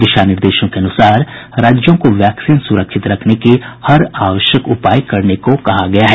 दिशानिर्देशों के अनुसार राज्यों को वैक्सीन सुरक्षित रखने के हर आवश्यक उपाय करने को कहा गया है